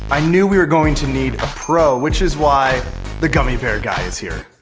i knew we were going to need a pro, which is why the gummy bear guy is here.